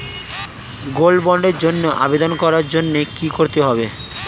Gold বন্ডের জন্য আবেদন করার জন্য কি করতে হবে?